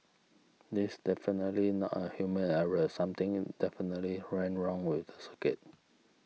it's definitely not a human error something definitely went wrong with the circuit